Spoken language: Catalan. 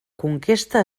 conquesta